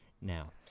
Now